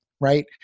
right